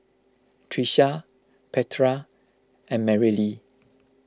Trisha Petra and Marylee